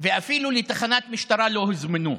ואפילו לתחנת משטרה לא הוזמנו.